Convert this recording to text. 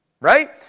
Right